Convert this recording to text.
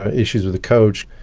ah issues with the coach,